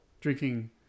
drinking